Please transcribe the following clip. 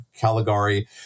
Caligari